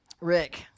Rick